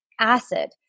acid